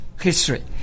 history